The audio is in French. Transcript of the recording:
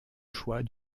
choix